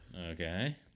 Okay